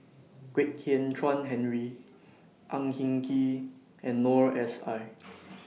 Kwek Hian Chuan Henry Ang Hin Kee and Noor S I